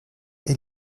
est